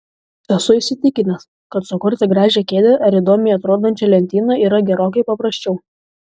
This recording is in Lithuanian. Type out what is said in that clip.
esu įsitikinęs kad sukurti gražią kėdę ar įdomiai atrodančią lentyną yra gerokai paprasčiau